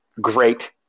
great